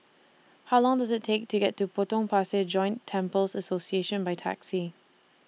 How Long Does IT Take to get to Potong Pasir Joint Temples Association By Taxi